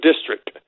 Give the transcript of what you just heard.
District